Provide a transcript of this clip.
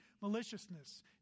maliciousness